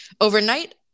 Overnight